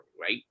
right